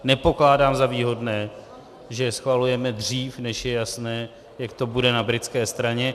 Nepokládám za výhodné, že schvalujeme dřív, než je jasné, jak to bude na britské straně.